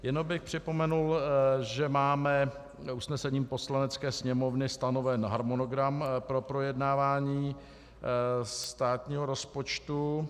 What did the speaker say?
Jenom bych připomenul, že máme usnesením Poslanecké sněmovny stanoven harmonogram pro projednávání státního rozpočtu.